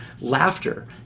laughter